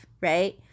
right